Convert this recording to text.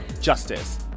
justice